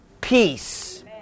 peace